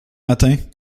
matins